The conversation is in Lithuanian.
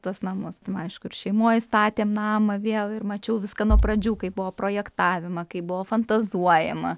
tuos namus aišku ir šeimoj statėm namą vėl ir mačiau viską nuo pradžių kai buvo projektavimą kai buvo fantazuojama